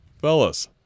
fellas